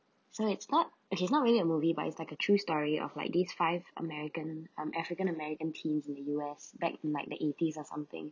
so it's not okay it's not really a movie but it's like a true story of like these five american um african american teens in the U_S back in like the eighties or something